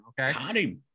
Okay